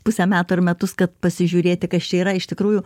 puse metų ar metus kad pasižiūrėti kas čia yra iš tikrųjų